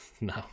No